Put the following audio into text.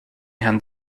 herrn